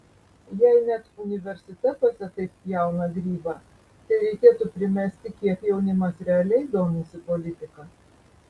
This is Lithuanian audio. jei net universitetuose taip pjauna grybą tai reikėtų primesti kiek jaunimas realiai domisi politika